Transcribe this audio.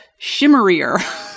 shimmerier